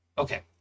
Okay